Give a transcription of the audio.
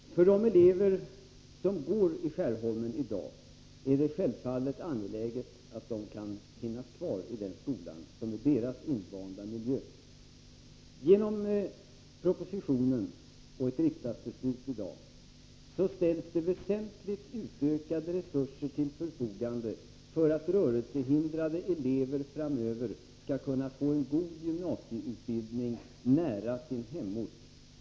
Herr talman! För de elever som går i Skärholmen i dag är det självfallet angeläget att de kan få vara kvar i den skola som är deras invanda miljö. Genom propositionen och ett riksdagsbeslut i dag ställs det väsentligt utökade resurser till förfogande för att rörelsehindrade elever framöver skall kunna få en god gymnasieutbildning nära sin hemort.